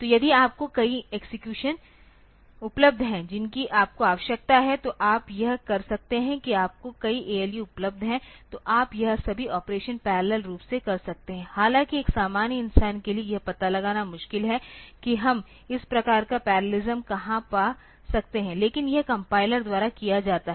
तो यदि आपको कई एक्सेक्यूशन उपलब्ध हैं जिनकी आपको आवश्यकता है तो आप यह कर सकते हैं कि आपको कई ALU उपलब्ध हैं तो आप यह सभी ऑपरेशन पैरेलल रूप से कर सकते हैं हालांकि एक सामान्य इंसान के लिए यह पता लगाना मुश्किल है कि हम इस प्रकार का परलेलिस्म कहां पा सकते हैं लेकिन यह कम्पाइलर द्वारा किया जाता है